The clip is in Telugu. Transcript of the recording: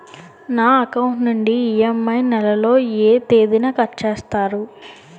నా అకౌంట్ నుండి ఇ.ఎం.ఐ నెల లో ఏ తేదీన కట్ చేస్తారు?